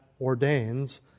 ordains